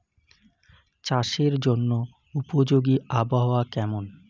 চাষের জন্য উপযোগী আবহাওয়া কেমন?